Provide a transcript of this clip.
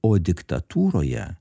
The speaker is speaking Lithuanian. o diktatūroje